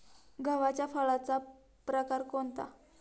गव्हाच्या फळाचा प्रकार कोणता?